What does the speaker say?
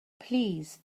please